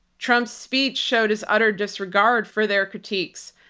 trump's speech showed his utter disregard for their critiques,